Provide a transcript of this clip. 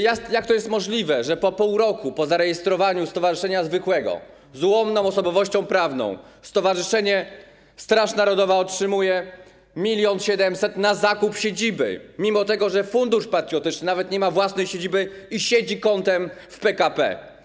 Jak to jest możliwe, że po pół roku po zarejestrowaniu stowarzyszenia zwykłego z ułomną osobowością prawną Stowarzyszenie Straż Narodowa otrzymuje 1 mln 700 na zakup siedziby, mimo że Fundusz Patriotyczny nawet nie ma własnej siedziby i siedzi kątem w PKP?